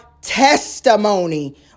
testimony